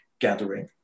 gathering